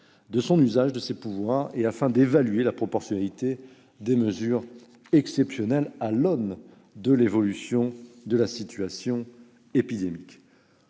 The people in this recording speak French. de son usage de ces pouvoirs, mais aussi afin d'évaluer la proportionnalité des mesures exceptionnelles à l'aune de l'évolution de la situation épidémique.